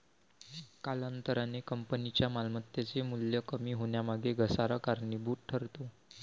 कालांतराने कंपनीच्या मालमत्तेचे मूल्य कमी होण्यामागे घसारा कारणीभूत ठरतो